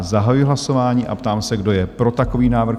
Zahajuji hlasování a ptám se, kdo je pro takový návrh?